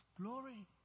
glory